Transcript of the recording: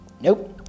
Nope